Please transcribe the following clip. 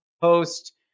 post